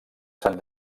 sant